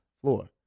floor